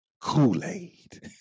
Kool-Aid